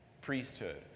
priesthood